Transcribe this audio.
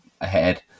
ahead